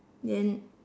then